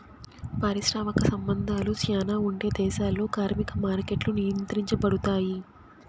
పారిశ్రామిక సంబంధాలు శ్యానా ఉండే దేశాల్లో కార్మిక మార్కెట్లు నియంత్రించబడుతాయి